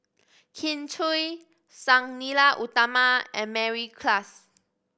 Kin Chui Sang Nila Utama and Mary Klass